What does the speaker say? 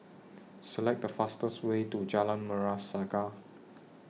Select The fastest Way to Jalan Merah Saga